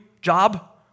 job